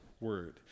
word